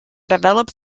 developed